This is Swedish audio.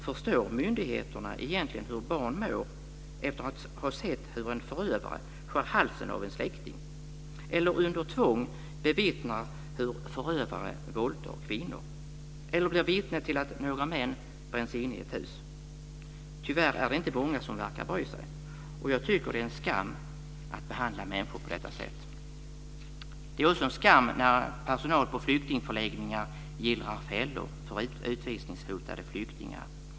Förstår myndigheterna egentligen hur barn mår efter att ha sett hur en förövare skär halsen av en släkting, under tvång bevittnat hur förövare våldtar kvinnor eller efter att ha blivit vitte till hur några män bränns inne i ett hus? Tyvärr är det inte många som verkar bry sig. Jag tycker att det är en skam att behandla människor på detta sätt. Det är också en skam när personal på flyktingförläggningar gillrar fällor för utvisningshotade flyktingar.